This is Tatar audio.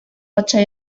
патша